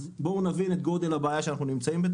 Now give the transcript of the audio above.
בואו נבין את גודל הבעיה בה אנו נמצאים.